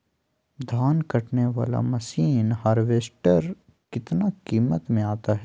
धान कटने बाला मसीन हार्बेस्टार कितना किमत में आता है?